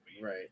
Right